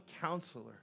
counselor